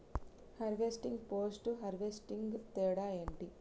Harvesting, post harvesting తేడా ఏంటి?